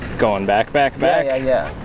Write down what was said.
going back back back? yeah, yeah,